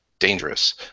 dangerous